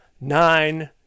nine